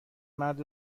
مرد